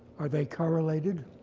are they correlated?